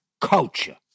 culture